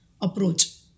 approach